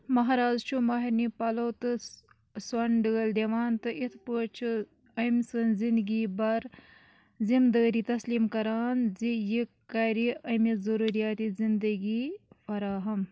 مہراز چھُ مہرنہِ پلَو تہٕ سۄن ڈٲلۍ دِوان تہٕ یِتھ پٲٹھۍ چھُ أمۍ سٕنٛز زنٛدگی بَر ذِمہٕ دٲری تسلیٖم کران زِ یہِ کَرِ أمِس ضٔروٗرِیاتہِ زِنٛدگی فراہم